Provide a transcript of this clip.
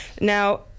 Now